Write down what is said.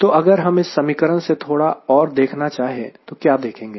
तो अगर हम इस समीकरण से थोड़ा और देखना चाहे तो क्या देखेंगे